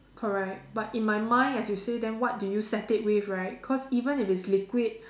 correct but in my mind as you say then what do you set it with right cause even if it's liquid